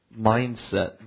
mindset